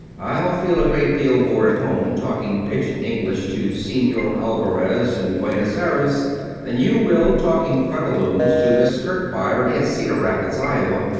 i'll feel a great deal more at home talking pidgin-english to senor alvarez in buenos aires than you will talking featherlooms to miss skirt-buyer in cedar rapids, iowa.